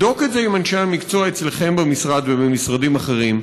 בדוק את זה עם אנשי המקצוע אצלכם במשרד ובמשרדים אחרים,